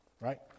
Right